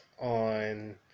on